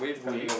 with